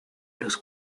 los